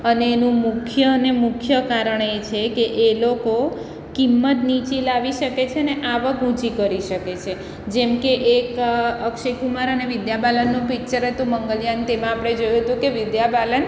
અને એનું મુખ્ય અને મુખ્ય કારણ એ છે કે એ લોકો કિંમત નીચી લાવી શકે અને આવક ઊંચી કરી શકે છે જેમ કે એક અક્ષય કુમાર અને વિદ્યા બાલનનું પિક્ચર હતું મંગલયાન તેમાં આપણે જોયું હતું કે વિદ્યા બાલન